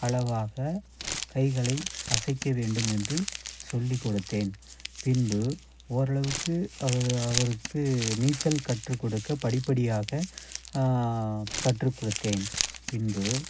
அளவாக கைகளை அசைக்க வேண்டும் என்று சொல்லி கொடுத்தேன் பின்பு ஓரளவுக்கு அவர் அவருக்கு நீச்சல் கற்றுக்கொடுக்க படிப்படியாக கற்றுக்கொடுத்தேன் பின்பு